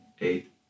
eight